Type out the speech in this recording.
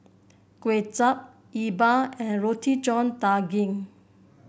Kuay Chap E Bua and Roti John Daging